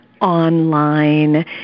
online